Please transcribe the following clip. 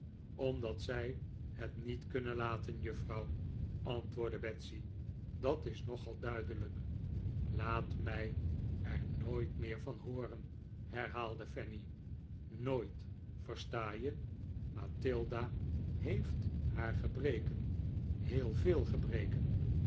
omdat zij het niet kunnen laten juffrouw antwoordde betsy dat is nogal duidelijk laat mij er nooit meer van hooren hervatte fanny nooit versta je mathilda heeft haar gebreken jheel veel gebreken